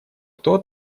кто